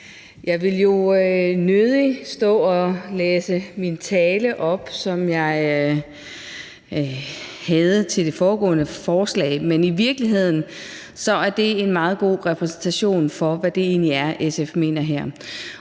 Jeg vil jo nødig stå og læse den tale, som jeg havde til det foregående forslag, op, men i virkeligheden er det en meget god repræsentation af, hvad det egentlig er, SF mener her.